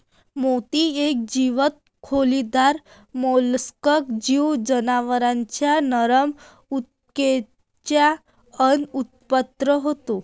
मोती एक जीवंत खोलीदार मोल्स्क किंवा जनावरांच्या नरम ऊतकेच्या आत उत्पन्न होतो